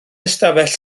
ystafell